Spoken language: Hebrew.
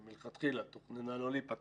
היא מלכתחילה תוכננה לא להיפתח